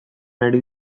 ari